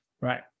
Right